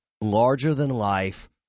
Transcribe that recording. larger-than-life